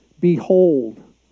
Behold